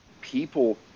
people